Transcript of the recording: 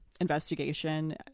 investigation